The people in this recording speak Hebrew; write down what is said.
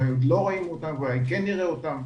עוד לא רואים אותן ואולי כן נראה אותן.